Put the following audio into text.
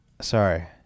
sorry